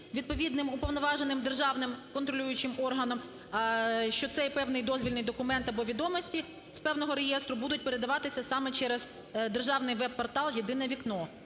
відповідним уповноваженим державним контролюючим органом, що цей певний дозвільний документ або відомості з певного реєстру будуть передаватися саме через державний веб-портал "єдине вікно".